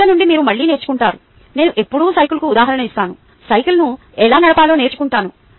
తప్పుల నుండి మీరు మళ్ళీ నేర్చుకుంటారు నేను ఎప్పుడూ సైకిల్కు ఉదాహరణ ఇస్తాను సైకిల్ను ఎలా నడపాలో నేర్చుకుంటాను